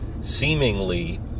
seemingly